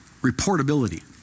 Reportability